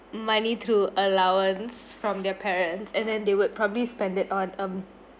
money through allowance from their parents and then they would probably spend it on um